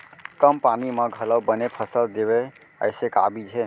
कम पानी मा घलव बने फसल देवय ऐसे का बीज हे?